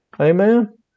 Amen